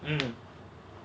mmhmm